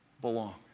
belong